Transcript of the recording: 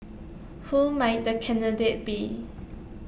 who might the candidate be